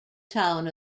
town